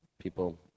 people